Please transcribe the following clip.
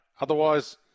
Otherwise